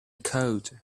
code